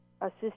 assist